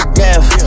death